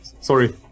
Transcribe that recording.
Sorry